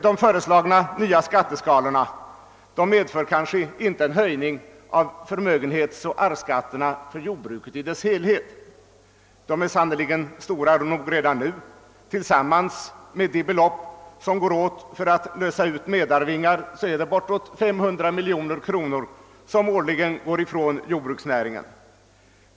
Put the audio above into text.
De föreslagna nya skatteskalorna medför kanske inte en höjning av förmögenhetsoch arvsskatterna för jordbruket i dess helhet — de är sannerligen stora nog redan nu; tillsammans med de belopp som går åt för att lösa ut medarvingar är det boråt 500 miljoner kronor, som årligen går ifrån jordbruksnäringen.